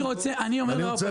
אני רוצה להבין.